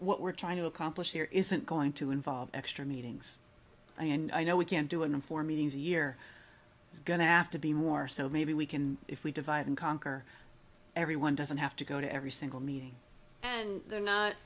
what we're trying to accomplish here isn't going to involve extra meetings and i know we can't do it in four meetings a year it's going to have to be more so maybe we can if we divide and conquer everyone doesn't have to go to every single meeting and they're not